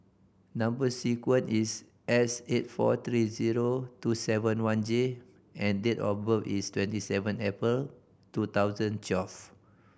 number sequence is S eight four three zero two seven one J and date of birth is twenty seven April two thousand twelve